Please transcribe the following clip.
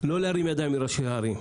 לא להרים ידיים מראשי הערים.